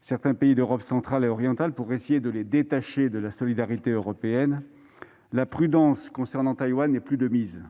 certains pays d'Europe centrale et orientale pour essayer de les détacher de la solidarité européenne, la prudence concernant Taïwan n'est plus de mise.